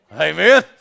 Amen